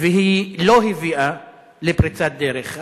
והיא לא הביאה לפריצת דרך.